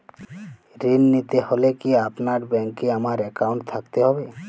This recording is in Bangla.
ঋণ নিতে হলে কি আপনার ব্যাংক এ আমার অ্যাকাউন্ট থাকতে হবে?